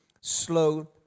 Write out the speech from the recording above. slow